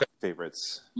favorites